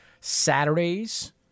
Saturdays